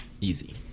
Easy